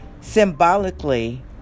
Symbolically